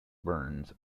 burns